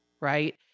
right